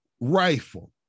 rifle